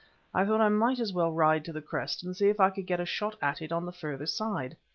i thought i might as well ride to the crest and see if i could get a shot at it on the further side.